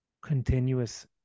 continuous